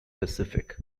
pacific